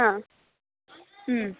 अ